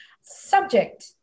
subject